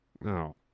No